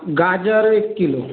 गाजर एक किलो